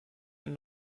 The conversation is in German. und